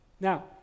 Now